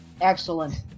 Excellent